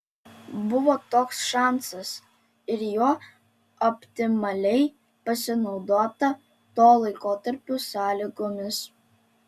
buvo toks šansas ir juo optimaliai pasinaudota to laikotarpio sąlygomis